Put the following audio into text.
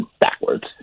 backwards